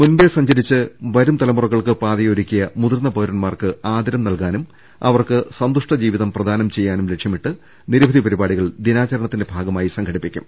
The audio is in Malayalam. മുമ്പേ സഞ്ചരിച്ച് വരുംതലമു റകൾക്ക് പാതയൊരുക്കിയ മുതിർന്ന പൌരൻമാർക്ക് ആദരം നൽകാനും അവർക്ക് സന്തുഷ്ട ജീവിതം പ്രദാനം ചെയ്യാനും ലക്ഷ്യമിട്ട് നിരവധി പരിപാടികൾ ദിനാചരണത്തിന്റെ ഭാഗമായി സംഘടിപ്പിക്കും